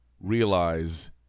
realize